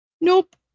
Nope